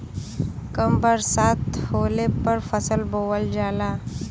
कम बरसात होले पर फसल बोअल जाला